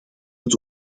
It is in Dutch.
het